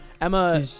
Emma